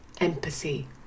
empathy